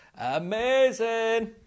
amazing